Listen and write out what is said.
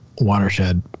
watershed